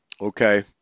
okay